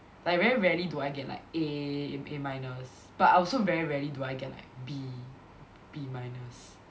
like very rarely do I get like A A minus but I also very rarely do I get like B B minus